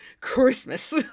Christmas